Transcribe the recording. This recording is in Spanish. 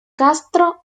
castro